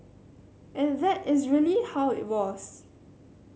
and that is really how it was